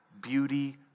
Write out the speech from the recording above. beauty